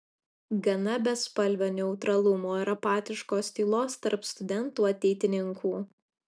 gana bespalvio neutralumo ir apatiškos tylos tarp studentų ateitininkų